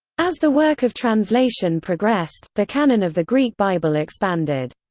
as the work of translation progressed, the canon of the greek bible expanded.